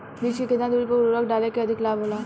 बीज के केतना दूरी पर उर्वरक डाले से अधिक लाभ होला?